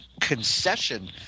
concession